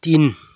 तिन